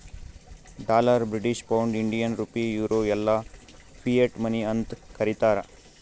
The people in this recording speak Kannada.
dollar, British pound, Indian rupee, euro ಎಲ್ಲಾ ಫಿಯಟ್ ಮನಿ ಅಂತ್ ಕರೀತಾರ